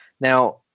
Now